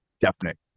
definite